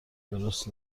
درست